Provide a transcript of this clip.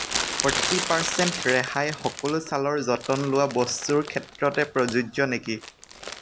forty percent ৰেহাই সকলো ছালৰ যতন লোৱা বস্তুৰ ক্ষেত্ৰতে প্ৰযোজ্য নেকি